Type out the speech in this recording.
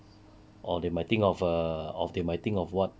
or they might think of a of they might think of what